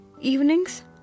Evenings